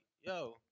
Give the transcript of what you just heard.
yo